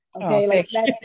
okay